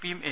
പിയും എൻ